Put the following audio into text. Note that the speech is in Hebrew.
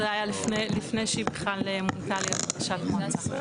לא זה היה לפני שהיא בכלל מונתה להיות לראש מועצה,